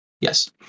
Yes